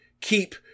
keep